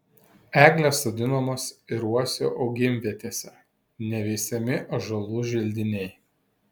eglės sodinamos ir uosių augimvietėse neveisiami ąžuolų želdiniai